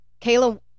Kayla